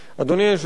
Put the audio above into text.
אדוני היושב-ראש,